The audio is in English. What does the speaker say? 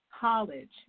college